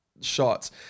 shots